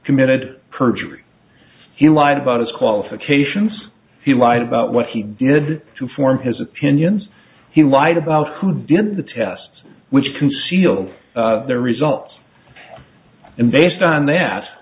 committed perjury he lied about his qualifications he lied about what he did to form his opinions he lied about who did the test which concealed the results and based on that